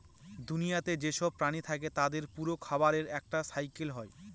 দুনিয়াতে যেসব প্রাণী থাকে তাদের পুরো খাবারের একটা সাইকেল হয়